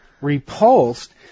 repulsed